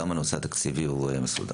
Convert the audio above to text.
גם הנושא התקציבי מסודר.